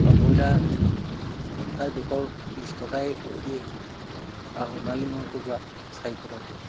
আৰু ব্ৰয়লাৰ প্ৰায় দুশ বিছ টকাই দিয়ে আৰু সোণালী মই কুকুৰা চাৰিশ টকাকৈ দিয়ে